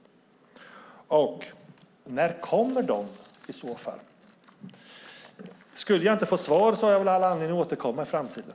När kommer den i så fall? Om jag inte får svar har jag anledning att återkomma i framtiden.